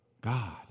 God